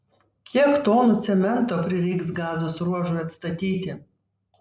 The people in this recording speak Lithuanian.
kiek tonų cemento prireiks gazos ruožui atstatyti